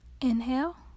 inhale